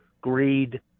greed